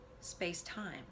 space-time